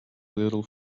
little